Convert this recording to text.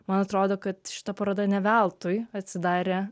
man atrodo kad šita paroda ne veltui atsidarė